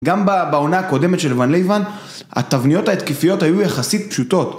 גם בעונה הקודמת של ון ליבן התבניות ההתקיפיות היו יחסית פשוטות